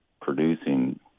producing